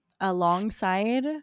alongside